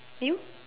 you